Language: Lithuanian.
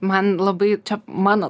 man labai čia mano